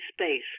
Space